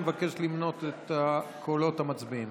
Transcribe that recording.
אני מבקש למנות את קולות המצביעים.